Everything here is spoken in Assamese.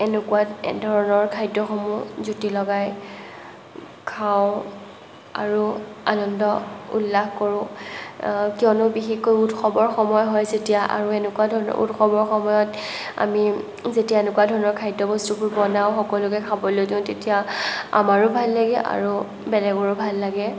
এনেকুৱা ধৰণৰ খাদ্যসমূহ জুতি লগাই খাওঁ আৰু আনন্দ উল্লাস কৰোঁ কিয়নো বিশেষকৈ উৎসৱৰ সময় হয় যেতিয়া আৰু এনেকুৱা ধৰণৰ উৎসৱৰ সময়ত আমি যেতিয়া এনেকুৱা ধৰণৰ খাদ্যবস্তুবোৰ বনাওঁ সকলোকে খাবলৈ দিওঁ তেতিয়া আমাৰো ভাল লাগে আৰু বেলেগৰো ভাল লাগে